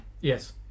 Yes